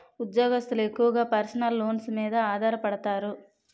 ఉద్యోగస్తులు ఎక్కువగా personal loans మీద ఆధారపడతారు